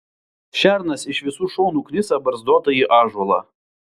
šernas iš visų šonų knisa barzdotąjį ąžuolą